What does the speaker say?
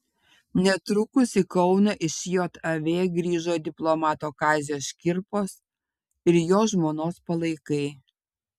netrukus į kauną iš jav grįžo diplomato kazio škirpos ir jo žmonos palaikai